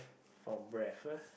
for breadth ah